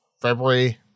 February